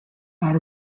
out